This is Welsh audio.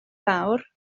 fawr